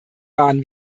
waren